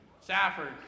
Safford